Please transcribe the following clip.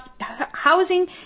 housing